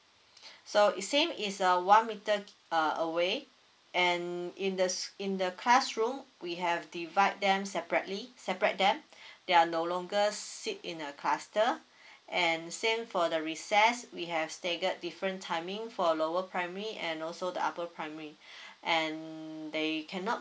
so is same is a one meter uh away and in the in the classroom we have divide them separately separate them they are no longer sit in a cluster and same for the recess we have staggered different timing for lower primary and also the upper primary and they cannot